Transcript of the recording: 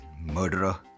murderer